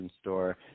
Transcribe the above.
Store